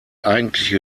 eigentliche